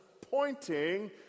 pointing